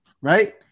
right